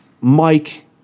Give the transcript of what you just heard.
Mike